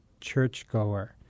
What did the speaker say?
churchgoer